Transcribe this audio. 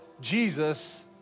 Jesus